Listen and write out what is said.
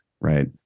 right